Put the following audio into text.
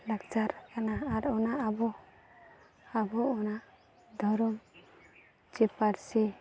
ᱞᱟᱠᱪᱟᱨ ᱠᱟᱱᱟ ᱟᱨ ᱚᱱᱟ ᱟᱵᱚ ᱟᱵᱚ ᱚᱱᱟ ᱫᱷᱚᱨᱚᱢ ᱪᱮ ᱯᱟᱹᱨᱥᱤ